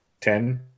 Ten